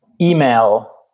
email